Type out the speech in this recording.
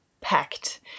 packed